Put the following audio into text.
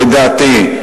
לדעתי,